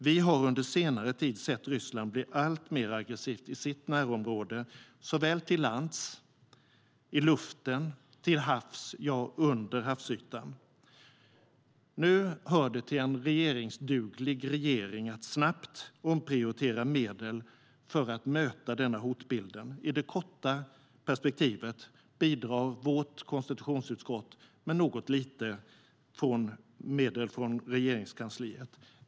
Vi har under senare tid sett Ryssland bli alltmer aggressivt i sitt närområde, såväl till lands och i luften som till havs och under havsytan. En regeringsduglig regering måste snabbt omprioritera medel för att möta hotbilden. I det korta perspektivet bidrar konstitutionsutskottet med något lite genom att ta medel från Regeringskansliet.